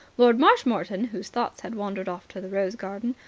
lord marshmoreton, whose thoughts had wandered off to the rose garden,